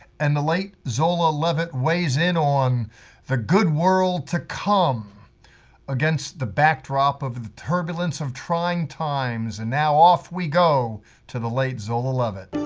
and the late zola levitt weighs in on the good world to come against the backdrop of the turbulence of trying times. and now off we go to the late zola levitt.